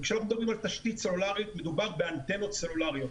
כשאנחנו מדברים על תשתית סלולרית מדובר באנטנות סלולריות.